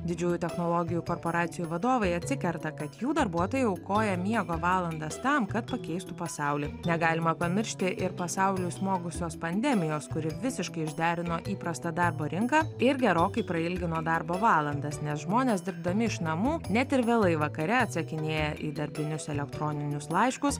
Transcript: didžiųjų technologijų korporacijų vadovai atsikerta kad jų darbuotojai aukoja miego valandas tam kad pakeistų pasaulį negalima pamiršti ir pasauliui smogusios pandemijos kuri visiškai išderino įprastą darbo rinką ir gerokai prailgino darbo valandas nes žmonės dirbdami iš namų net ir vėlai vakare atsakinėja į darbinius elektroninius laiškus